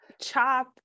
chop